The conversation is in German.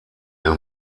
ihr